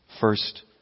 First